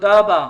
תודה רבה.